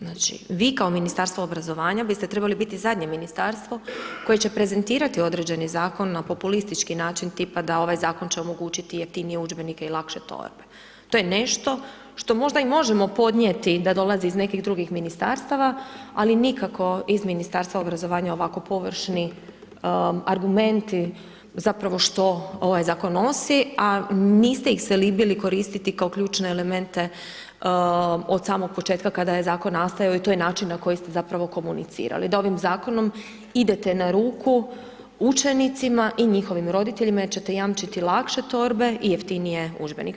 Znači, vi kao Ministarstvo obrazovanja biste trebali biti zadnje Ministarstvo koje će prezentirati određeni Zakon na populistički način, tipa da ovaj Zakon će omogućiti jeftinije udžbenike i lakše torbe, to je nešto što možda i možemo podnijeti da dolazi iz nekih drugih Ministarstava, ali nikako iz Ministarstva obrazovanja ovako površni argumenti, zapravo, što ovaj Zakon nosi, a niste ih se libili koristiti kao ključne elemente od samoga početka kada je Zakon nastajao i to je način na koji ste, zapravo, komunicirali, da ovim Zakonom idete na ruku učenicima i njihovim roditeljima jer ćete jamčiti lakše torbe i jeftinije udžbenike.